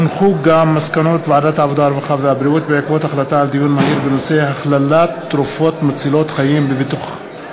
הודעה לסגן מזכירת הכנסת.